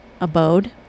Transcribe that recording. abode